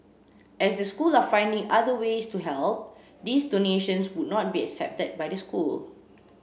as the school are finding other ways to help these donations would not be accepted by the school